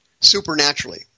supernaturally